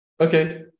okay